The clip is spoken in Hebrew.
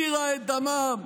הפקירה את דמם,